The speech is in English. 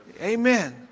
Amen